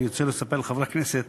אני רוצה לספר לחברי הכנסת